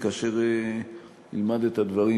כאשר ילמד את הדברים,